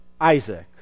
Isaac